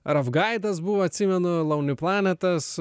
ravgaidas buvo atsimenu launli planetas